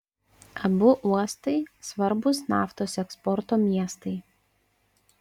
abu uostai svarbūs naftos eksporto miestai